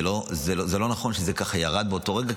זה לא נכון שזה ככה ירד באותו רגע,